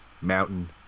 Mountain